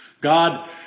God